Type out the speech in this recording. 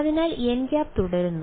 അതിനാൽ nˆ തുടരുന്നു